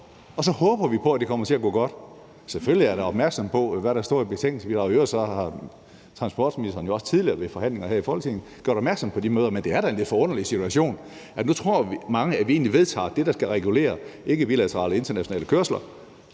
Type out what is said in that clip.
og så håber vi på, at det kommer til at gå godt. Selvfølgelig er jeg da opmærksom på, hvad der står i betænkningsbidraget. I øvrigt har transportministeren jo også tidligere ved forhandlinger her i Folketinget gjort opmærksom på de møder. Men det er da en lidt forunderlig situation, at man nu tror, at vi egentlig vedtager det, der skal regulere ikkebilaterale internationale kørsler,